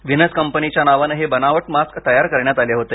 Venus कंपनीच्या नावाने हे बनावट मास्क तयार करण्यात आले होते